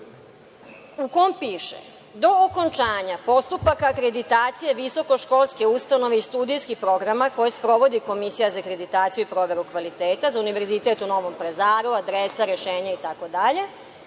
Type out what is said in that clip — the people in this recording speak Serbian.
u kome piše – do okončanja postupak akreditacije visokoškolske ustanove i studijskih programa koje sprovodi Komisija za akreditaciju i proveru kvaliteta za Univerzitet u Novom Pazaru, adresa, rešenje, itd,